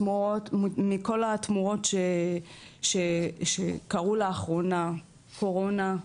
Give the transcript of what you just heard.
מכל התמורות שקרו לאחרונה, קורונה,